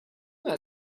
them